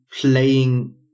playing